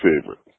favorite